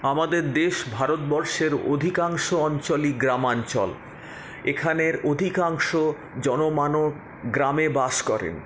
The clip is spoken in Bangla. আমাদের দেশ ভারতবর্ষের অধিকাংশ অঞ্চলই গ্রামাঞ্চল এখানের অধিকাংশ জনমানব গ্রামে বাস করেন